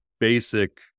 basic